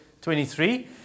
23